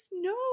No